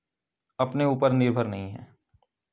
अपने ऊपर निर्भर नहीं हैं